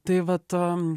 tai vat